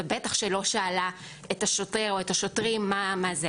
ובטח שלא שאלה את השוטר או את השוטרים מה היה.